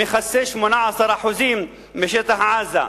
המכסה 18% משטח עזה.